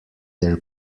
their